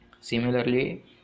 Similarly